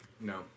No